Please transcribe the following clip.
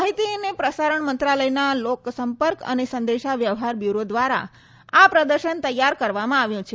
માહિતી અને પ્રસારણ મંત્રાલયના લોકસંપર્ક અને સંદેશા વ્યવહાર બ્યુરો ધ્વારા આ પ્રદર્શન તેયાર કરવામાં આવ્યું છે